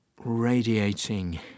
radiating